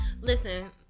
Listen